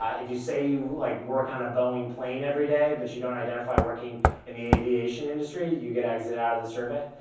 ah if you say you like work on a boeing plane every day, but you don't identify working in the aviation industry, you get exited out of the survey.